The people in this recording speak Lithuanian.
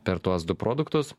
per tuos du produktus